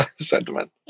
sentiment